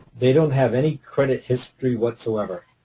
they don't have any credit history whatsoever.